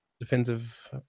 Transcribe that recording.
defensive